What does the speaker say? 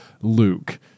Luke